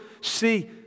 see